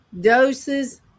doses